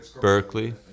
Berkeley